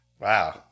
Wow